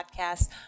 podcast